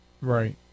Right